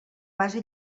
base